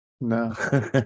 No